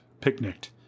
picnicked